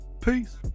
Peace